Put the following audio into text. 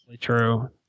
true